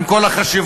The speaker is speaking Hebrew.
עם כל החשיבות,